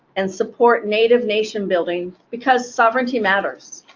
and support native nation building because sovereignty matters.